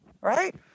right